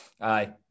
Aye